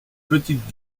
petite